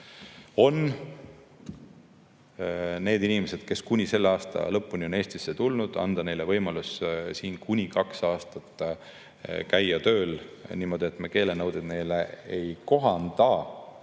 nendele inimestele, kes kuni selle aasta lõpuni Eestisse tulevad, anda võimalus siin kuni kaks aastat käia tööl niimoodi, et me keelenõudeid neile ei kohalda,